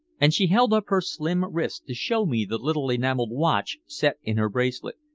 and she held up her slim wrist to show me the little enameled watch set in her bracelet.